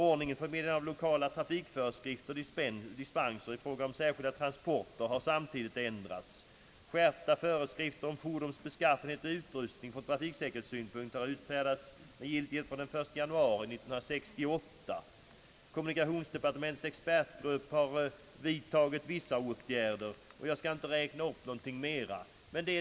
Ordningen för meddelande av lokala trafikföreskrifter och dispenser i fråga om särskilda transporter har samtidigt ändrats. Skärpta föreskrifter om fordons beskaffenhet och utrustning från trafiksäkerhetssynpunkt har också införts med giltighet från den 1 januari 1968. Kommunikationsdepartementets expertgrupp har vidtagit vissa åtgärder, men jag skall här inte räkna upp någonting mera.